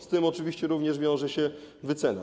Z tym oczywiście również wiąże się wycena.